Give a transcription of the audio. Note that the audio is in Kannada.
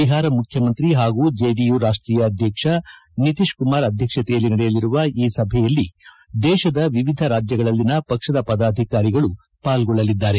ಬಿಹಾರ ಮುಖ್ಯಮಂತ್ರಿ ಹಾಗೂ ಜೆಡಿಯು ರಾಷ್ಟೀಯ ಅಧ್ಯಕ್ಷ ನಿಟಿಶ್ಕುಮಾರ್ ಅಧ್ಯಕ್ಷತೆಯಲ್ಲಿ ನಡೆಯಲಿರುವ ಈ ಸಭೆಯಲ್ಲಿ ದೇಶದ ವಿವಿಧ ರಾಜ್ಯಗಳಲ್ಲಿನ ಪಕ್ಷದ ಪದಾಧಿಕಾರಿಗಳು ಪಾಲ್ಗೊಳ್ಳಲಿದ್ದಾರೆ